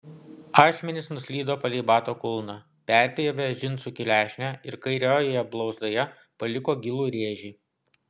ašmenys nuslydo palei bato kulną perpjovė džinsų klešnę ir kairiojoje blauzdoje paliko gilų rėžį